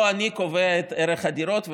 לא אני קובע את ערך הדירות,